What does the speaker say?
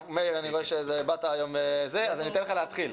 מאיר, אני רואה שבאת היום אז אני אתן לך להתחיל.